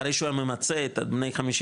אחרי שהוא היה ממצה את הבני 55,